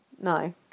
No